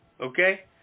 okay